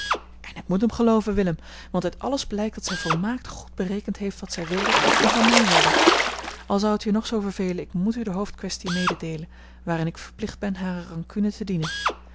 en ik moet hem gelooven willem want uit alles blijkt dat zij volmaakt goed berekend heeft wat zij wilde en van mij wilde al zou het je nog zoo vervelen ik moet u de hoofdkwestie mededeelen waarin ik verplicht ben hare rancune te dienen